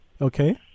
Okay